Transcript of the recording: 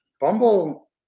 Bumble